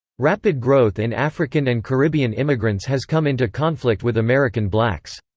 rapid growth in african and caribbean immigrants has come into conflict with american blacks.